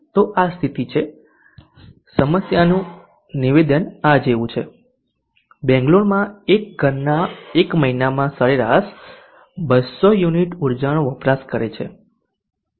તો આ સ્થિતિ છે સમસ્યાનું નિવેદન આ જેવું છે બેંગ્લોરમાં એક ઘરના એક મહિનામાં સરેરાશ 200 યુનિટ ઉર્જાનો વપરાશ કરે છે